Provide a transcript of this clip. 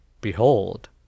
Behold